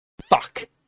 Fuck